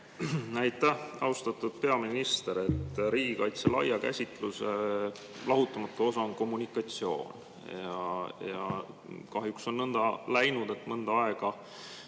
Aitäh! Austatud peaminister! Riigikaitse laia käsitluse lahutamatu osa on kommunikatsioon ja kahjuks on nõnda läinud, et mõnda aega